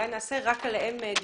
אולי נעשה דיון מיוחד רק עליהם.